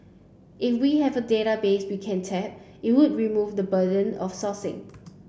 if we have a database we can tap it would remove the burden of sourcing